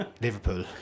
Liverpool